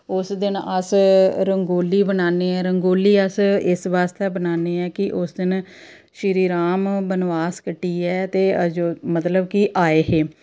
उस दिन अस रंगोली बनान्ने रंगोली अस इस बास्तै बनान्ने आं कि उस दिन श्री राम बनवास कट्टियै ते अयोध्या मतलब गी आए हे